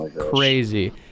crazy